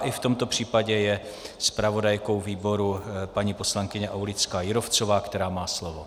I v tomto případě je zpravodajkou výboru paní poslankyně Aulická Jírovcová, která má slovo.